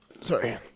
Sorry